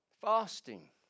Fasting